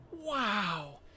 Wow